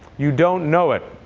you don't know it.